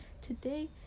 Today